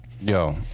Yo